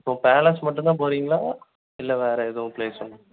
so palace மட்டுந்தான் போகிறீங்களா இல்லை வேறு எதுவும் ப்ளேஸ்